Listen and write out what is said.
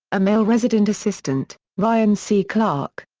a male resident assistant, ryan c. clark,